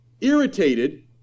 irritated